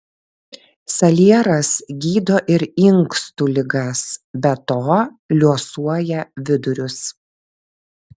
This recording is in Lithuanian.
salieras gydo ir inkstų ligas be to liuosuoja vidurius